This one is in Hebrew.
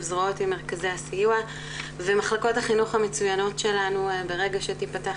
זרועות עם מרכזי הסיוע ומחלקות החינוך המצוינות שלנו ברגע שתיפתח